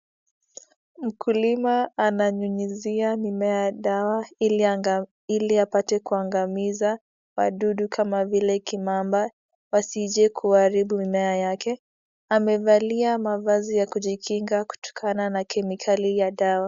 Mkulima ananyunyizia mimea dawa ili apate kuangamiza wadudu kama vile kimamba wasije kuaribu mimea yake. Amevalia mavazi ya kujikinga kutokana na kemikali ya dawa.